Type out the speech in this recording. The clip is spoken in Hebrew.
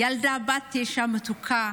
ילדה בת תשע מתוקה.